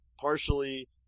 partially